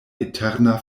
eterna